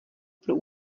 pro